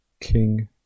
king